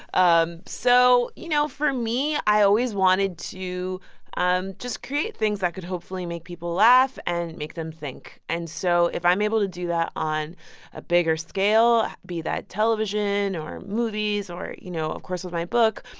um so, you know, for me, i always wanted to um just create things that could hopefully make people laugh and make them think. and so if i'm able to do that on a bigger scale, be that television or movies or, you know, of course with my book,